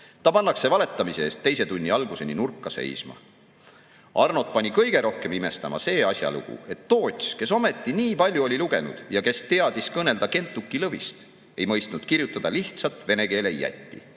Ta pannakse valetamise eest teise tunni alguseni nurka seisma. Arnot pani kõige rohkem imestama see asjalugu, et Toots, kes ometi nii palju oli lugenud ja kes teadis kõnelda Kentuki Lõvist, ei mõistnud kirjutada lihtsat vene keele jätti.